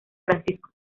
francisco